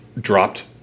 dropped